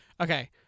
Okay